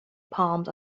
palms